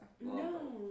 No